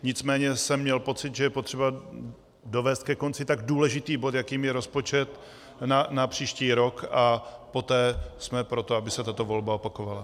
Nicméně jsem měl pocit, že je potřeba dovést ke konci tak důležitý bod, jakým je rozpočet na příští rok, a poté jsme pro to, aby se tato volba opakovala.